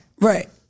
Right